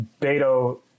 Beto